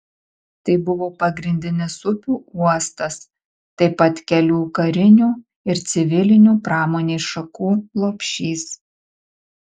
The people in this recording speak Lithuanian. tai buvo pagrindinis upių uostas taip pat kelių karinių ir civilinių pramonės šakų lopšys